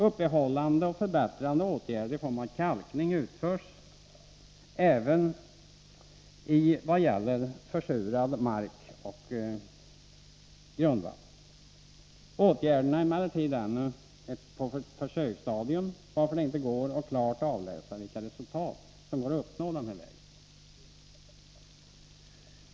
Uppehållande och förbättrande åtgärder i form av kalkning utförs även i vad gäller försurad mark och försurat grundvatten. Åtgärderna är emellertid ännu på ett försöksstadium, varför det inte går att klart avläsa vilka resultat som går att uppnå den vägen.